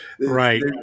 right